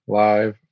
live